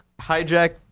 Hijack